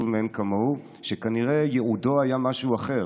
מאין כמוהו שכנראה ייעודו היה משהו אחר.